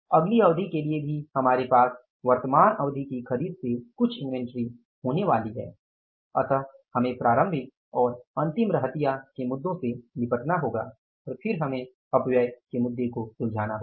अगली अवधि के लिए भी हमारे पास वर्तमान अवधि की खरीद से कुछ इन्वेंट्री होने वाली है इसलिए हमें प्रारंभिक और अंतिम रहतिया के मुद्दों से निपटना होगा और फिर हमें अपव्यय के मुद्दे को सुलझाना होगा